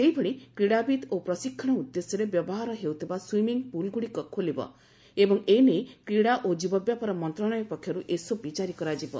ସେହିଭଳି କ୍ରୀଡ଼ାବିତ୍ ଓ ପ୍ରଶିକ୍ଷଣ ଉଦ୍ଦେଶ୍ୟରେ ବ୍ୟବହାର ହେଉଥିବା ସୁଇମିଂ ପୁଲ୍ଗୁଡ଼ିକ ଖୋଲିବ ଏବଂ ଏନେଇ କ୍ରିଡ଼ା ଓ ଯୁବବ୍ୟାପାର ମନ୍ତଶାଳୟ ପକ୍ଷର୍ ଏନେଇ ଏସ୍ଓପି କାରି କରାଯିବ